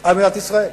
על מדינת ישראל.